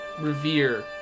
revere